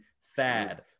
fad